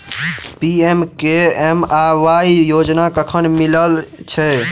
PMKMY योजना कखन मिलय छै?